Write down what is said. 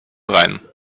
rein